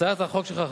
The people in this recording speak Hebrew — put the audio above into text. הצעת החוק שלך,